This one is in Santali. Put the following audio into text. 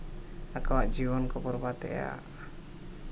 ᱟᱠᱚᱣᱟᱜ ᱡᱤᱵᱚᱱ ᱠᱚ ᱵᱚᱨᱵᱟᱫᱮᱜᱼᱟ